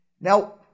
Now